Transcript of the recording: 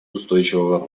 устойчивого